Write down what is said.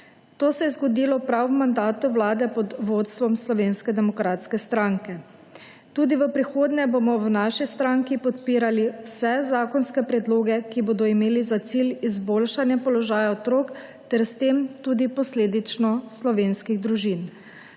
To se je zgodilo prav v mandatu vlade pod vodstvom Slovenske demokratske stranke. Tudi v prihodnje bomo v naši stranki podpirali vse zakonske predloge, ki bodo imeli za cilj izboljšanje položaja otrok ter s tem tudi posledično slovenskih družin.